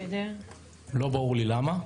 לא ברור לי למה.